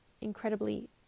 incredibly